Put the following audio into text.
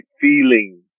feeling